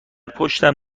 پشتم